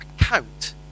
account